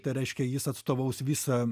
tai reiškia jis atstovaus visą